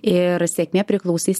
ir sėkmė priklausys